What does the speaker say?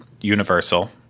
Universal